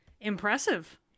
Impressive